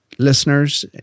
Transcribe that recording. Listeners